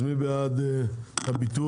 אז מי בעד הביטול?